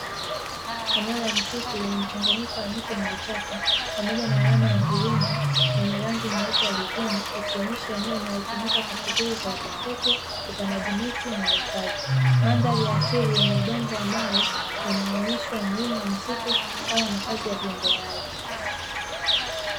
Eneo la msitu lenye mchanganyiko wa miti na vichaka, pamoja na alama ya mviringo yenye rangi nyeupe ardhini, ikionyesha eneo linalotumika kwa shughuli za utafiti, upandaji miti na uhifadhi. Mandhari ya asili yenye udongo wa mawe inaonyesha umuhimu wa misitu kama makazi ya viumbe hai.